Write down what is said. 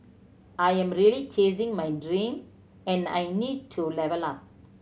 I am really chasing my dream and I need to level up